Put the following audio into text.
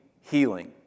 healing